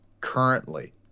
currently